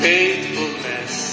Faithfulness